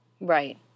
right